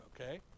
Okay